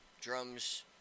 drums